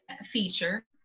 feature